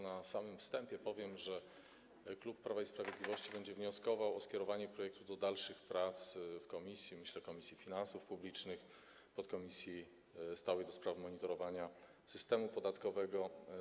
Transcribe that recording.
Na samym wstępie powiem, że klub Prawo i Sprawiedliwość będzie wnioskował o skierowanie projektu do dalszych prac w Komisji Finansów Publicznych i podkomisji stałej do monitorowania systemu podatkowego.